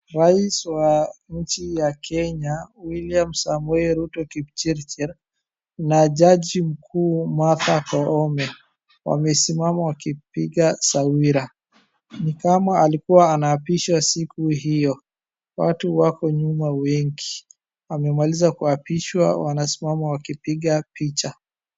Rais wa nchi ya Kenya, William Samoei Ruto Kipchirchir na jaji mkuu Martha Koome, wamesimama wakipiga samira. Ni kama alikuwa anaapishwa siku hiyo. Watu wako nyuma wengi. Amemaliza kuapishwa, wamesimama wanapigwa picha.